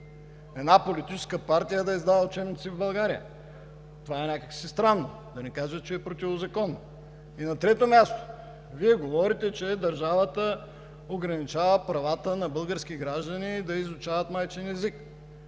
Една политическа партия да издава учебници в България?! Това е някак си странно, да не кажа, че е противозаконно. На трето място, Вие говорите, че държавата ограничава правата на български граждани да изучават майчин език,